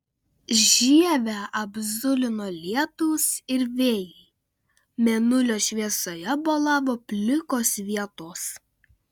žievę apzulino lietūs ir vėjai mėnulio šviesoje bolavo plikos vietos